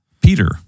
Peter